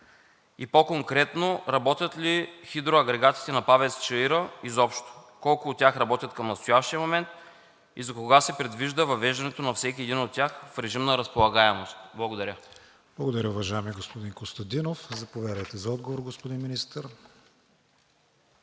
И по-конкретно – работят ли хидроагрегатите на ПАВЕЦ „Чаира“ изобщо? Колко от тях работят към настоящия момент? За кога се предвижда въвеждането на всеки един от тях в режим на разполагаемост? Благодаря. ПРЕДСЕДАТЕЛ КРИСТИАН ВИГЕНИН: Благодаря, уважаеми господин Костадинов. Заповядайте за отговор, господин Министър.